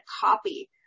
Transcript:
copy